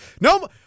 No